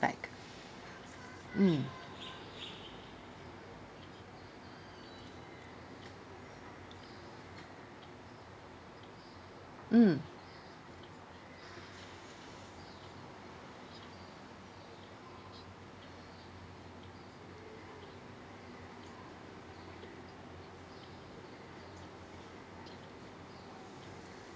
like mm mm